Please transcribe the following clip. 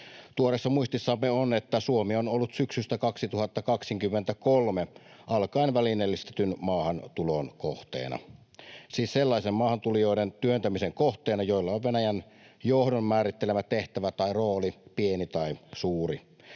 Tuoreessa muistissamme on, että Suomi on ollut syksystä 2023 alkaen välineellistetyn maahantulon kohteena, siis sellaisen maahantulijoiden työntämisen kohteena, jolla on Venäjän johdon määrittelemä tehtävä tai rooli, pieni tai suuri.